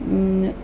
ന്ന്